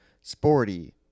Sporty